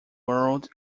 world